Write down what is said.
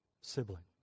sibling